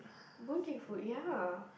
Boon-Keng food ya